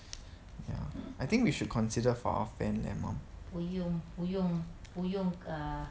ya I think we should consider for fan eh mum